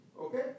okay